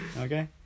Okay